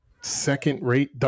second-rate